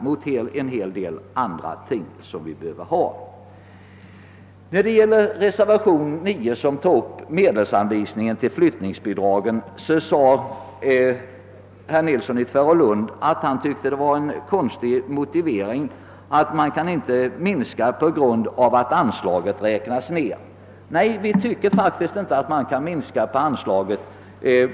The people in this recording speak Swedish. Beträffande den fråga som tas upp i reservationen 9, medelsberäkning för flyttningsbidrag, tyckte herr Nilsson i Tvärålund att utskottets motivering att behovet av flyttningsstöd inte kan minska genom att anslaget räknas ned var märklig.